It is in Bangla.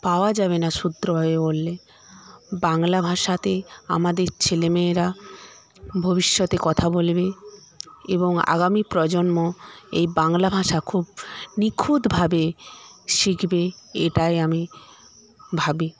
পাওয়া যাবেনা সূত্রভাবে বললে বাংলা ভাষাতে আমাদের ছেলে মেয়েরা ভবিষ্যতে কথা বলবে এবং আগামী প্রজন্ম এই বাংলা ভাষা খুব নিঁখুতভাবে শিখবে এটাই আমি ভাবি